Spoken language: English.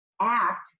act